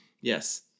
Yes